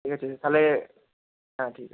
ঠিক আছে তাহলে হ্যাঁ ঠিক আছে